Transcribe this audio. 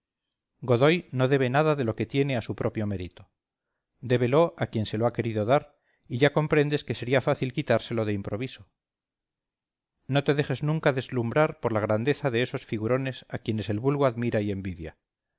godoy no debe nada de lo que tiene a su propio mérito débelo a quien se lo ha querido dar y ya comprendes que sería fácil quitárselo de improviso no te dejes nunca deslumbrar por la grandeza de esos figurones a quienes el vulgo admira y envidia